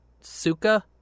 Suka